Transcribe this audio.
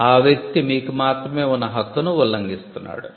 ఆ వ్యక్తి మీకు మాత్రమే ఉన్న హక్కును ఉల్లంఘిస్తున్నాడు